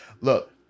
Look